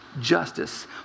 justice